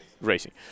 racing